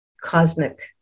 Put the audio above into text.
cosmic